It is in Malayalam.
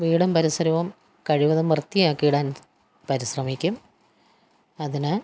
വീടും പരിസരവും കഴിവതും വൃത്തിയാക്കിയിടാൻ പരിശ്രമിക്കും അതിന്